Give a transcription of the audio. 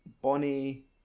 Bonnie